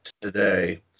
today